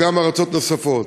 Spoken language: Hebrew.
וגם ארצות נוספות.